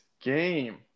game